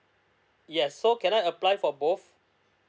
yes so can I apply for both